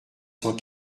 cent